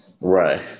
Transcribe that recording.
Right